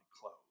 clothes